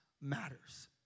matters